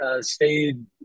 stayed